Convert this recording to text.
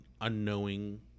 unknowing